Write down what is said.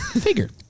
figured